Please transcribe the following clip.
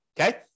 okay